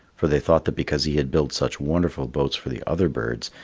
for they thought that because he had built such wonderful boats for the other birds,